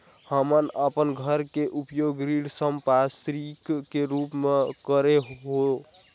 हमन अपन घर के उपयोग ऋण संपार्श्विक के रूप म करे हों